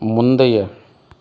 முந்தைய